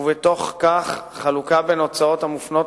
ובתוך כך החלוקה בין הוצאות המופנות